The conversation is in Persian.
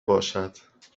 باشد